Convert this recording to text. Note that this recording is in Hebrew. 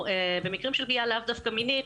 במקרים של תקיפה ולאו דווקא מינית,